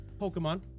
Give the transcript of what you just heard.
Pokemon